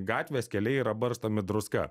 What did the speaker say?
gatvės keliai yra barstomi druska